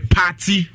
party